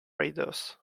radars